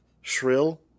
Shrill